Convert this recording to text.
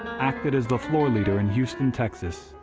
acted as the floor leader in houston, texas,